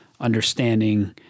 understanding